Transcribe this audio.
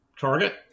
target